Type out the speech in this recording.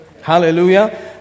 Hallelujah